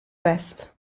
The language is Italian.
west